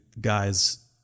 guys